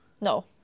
No